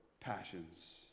Passions